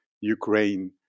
Ukraine